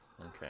Okay